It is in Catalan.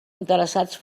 interessats